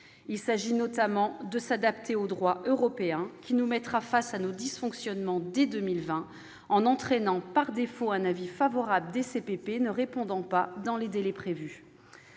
Il s'agit notamment de s'adapter au droit européen, qui nous mettra face à nos dysfonctionnements dès 2020, en entraînant par défaut un avis favorable des CPP ne répondant pas dans les délais prévus.